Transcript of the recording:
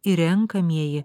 ir renkamieji